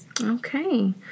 Okay